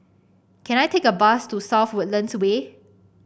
can I take a bus to South Woodlands Way